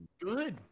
Good